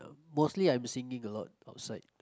mostly I'm singing a lot outside